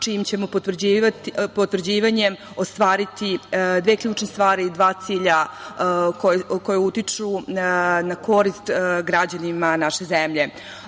čijim ćemo potvrđivanjem ostvariti dve ključne stvari i dva cilja koja utiču na korist građanima naše